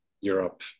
Europe